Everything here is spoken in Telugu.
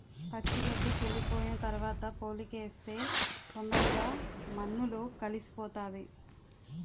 పచ్చి గడ్డి కుళ్లిపోయిన తరవాత పోలికేస్తే తొందరగా మన్నులో కలిసిపోతాది